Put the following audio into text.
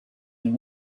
and